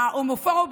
ההומופוב,